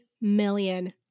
million